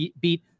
beat